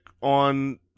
on